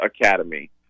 academy